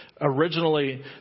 originally